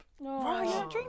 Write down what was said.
No